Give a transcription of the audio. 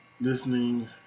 listening